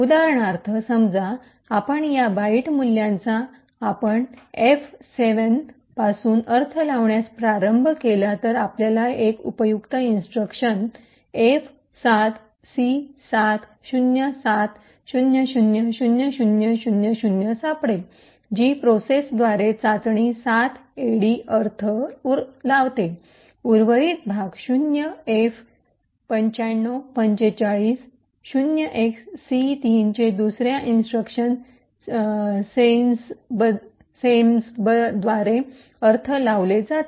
उदाहरणार्थ समजा आपण या बाईट मूल्यांचा आपण एफ 7 पासून अर्थ लावण्यास प्रारंभ केले तर आपल्याला एक उपयुक्त इंस्ट्रक्शन एफ7 सी7 07 00 00 00 सापडेल जी प्रोसेसरद्वारे चाचणी ७ एडी अर्थ लावते उर्वरित भाग 0 एफ 95 45 0xC3 चे दुसऱ्या इंस्ट्रक्शन सेन्झबद्वारे अर्थ लावले जाते